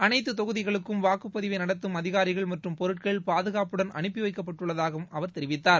அனைத்து தொகுதிகளுக்கும் வாக்குப் பதிவை நடத்தும் அதிகாரிகள் மற்றும் பொருட்கள் பாதுகாப்புடன் அனுப்பி வைக்கப்பட்டுள்ளதாகவும் அவர் தெரிவித்தார்